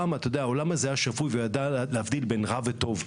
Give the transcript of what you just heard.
פעם העולם הזה היה שפוי וידע להבדיל בין רע לטוב.